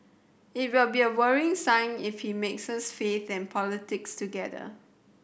it will be a worrying sign if he mixes faith and politics together